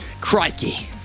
crikey